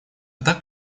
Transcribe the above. так